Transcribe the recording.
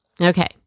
Okay